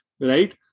right